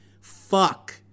fuck